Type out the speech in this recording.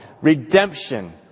redemption